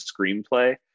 screenplay